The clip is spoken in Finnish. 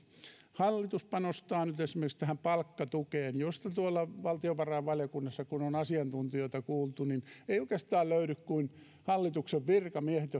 hallitus panostaa nyt esimerkiksi tähän palkkatukeen josta tuolla valtiovarainvaliokunnassa on asiantuntijoita kuultu eikä oikeastaan löydy kuin hallituksen virkamiehet